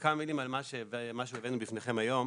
בכמה מילים על מה שהבאנו בפניכם היום.